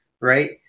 right